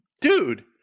dude